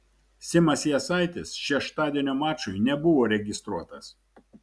simas jasaitis šeštadienio mačui nebuvo registruotas